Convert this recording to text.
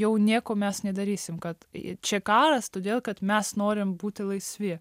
jau nieko mes nedarysim kad čia karas todėl kad mes norim būti laisvi